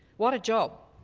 what a job!